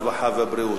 הרווחה והבריאות.